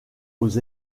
aux